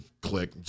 click